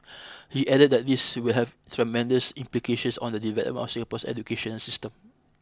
he added that this will have tremendous implications on the development of Singapore's educational system